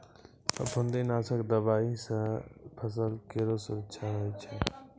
फफूंदी नाशक दवाई सँ फसल केरो सुरक्षा होय छै